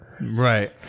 Right